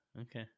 Okay